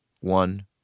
one